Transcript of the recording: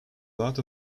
lot